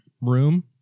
room